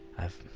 i've.